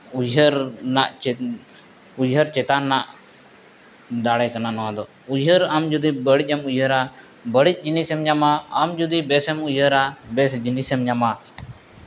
ᱩᱭᱦᱟᱹᱨ ᱨᱮᱱᱟᱜ ᱪᱮᱫ ᱩᱭᱦᱟᱹᱨ ᱪᱮᱛᱟᱱ ᱨᱮᱱᱟᱜ ᱫᱟᱲᱮ ᱠᱟᱱᱟ ᱱᱚᱣᱟ ᱫᱚ ᱩᱭᱦᱟᱹᱨ ᱟᱢ ᱡᱩᱫᱤ ᱵᱟᱹᱲᱤᱡ ᱮᱢ ᱩᱭᱦᱟᱹᱨᱟ ᱵᱟᱹᱲᱤᱡ ᱡᱤᱱᱤᱥᱮᱢ ᱧᱟᱢᱟ ᱟᱢ ᱡᱩᱫᱤ ᱵᱮᱥᱮᱢ ᱩᱭᱦᱟᱹᱨᱟ ᱵᱮᱥ ᱡᱤᱱᱤᱥᱮᱢ ᱧᱟᱢᱟ